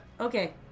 Okay